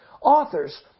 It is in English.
authors